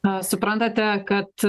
na suprantate kad